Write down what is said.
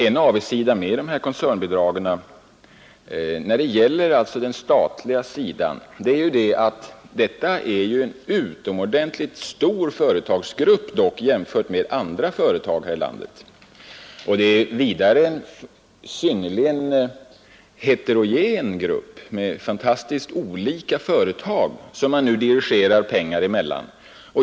En avigsida med dessa koncernbidrag är att de tillämpas inom en företagsgrupp som är utomordentligt stor och synnerligen heterogen med ytterst olika företag som man nu dirigerar pengar mellan.